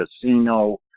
casino